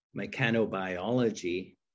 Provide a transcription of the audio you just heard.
mechanobiology